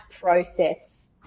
process